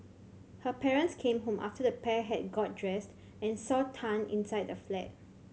her parents came home after the pair had got dressed and saw Tan inside the flat